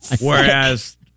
whereas